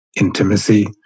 intimacy